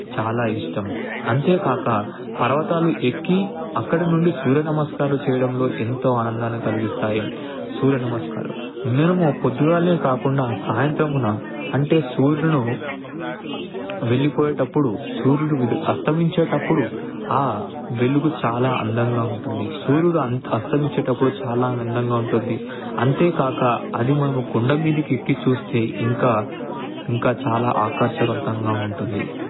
చాలా ఇష్టం అంతేకాక పర్వతాలు ఎక్కి అక్కడ నుండి సూర్య నమస్కారాలు చేయడంలో ఎంతో ఆనందాన్ని కలిగిస్తాయి సూర్య నమస్కారాలు మేము పొద్దుగాలే కాకుండా సాయంత్రమునా అంటే సూర్యుడు వెళ్లిపోయేటప్పుడు సూర్యుడు అస్తమించేటప్పుడు ఆ వెలుగు చాలా అందంగా ఉంటుంది సూర్యుడు అస్తమించేటప్పుడు చాలా అందంగా ఉంటుంది అంతేకాక అది మనం కొండ మీదకి ఎక్కి చూస్తే ఇంకా ఇంకా చాలా ఆకర్షవంతంగా ఉంటుంది